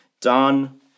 done